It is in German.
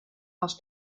aus